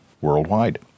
worldwide